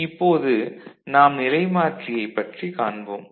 இப்போது நாம் நிலைமாற்றியைப் பற்றி காண்போம்